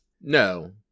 No